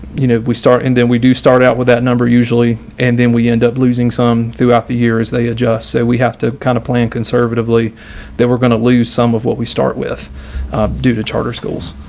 you know, we start and then we do start out with that number usually, and then we end up losing some throughout the year as they adjust. so we have to kind of plan conservatively that we're going to lose some of what we start with due to charter schools,